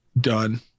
done